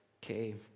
cave